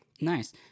Nice